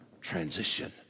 transition